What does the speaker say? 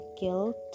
guilt